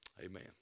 Amen